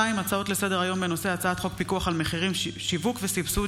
הצעת חוק סבסוד